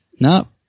No